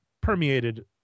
permeated